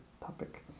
topic